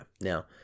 Now